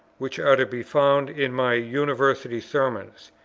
which are to be found in my university sermons,